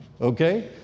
Okay